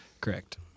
correct